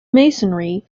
masonry